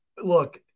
Look